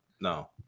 no